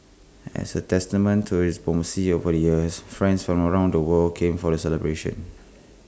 as A testament to its diplomacy over the years friends from around the world came for the celebrations